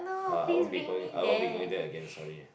ah I won't be going I won't be going there again sorry ah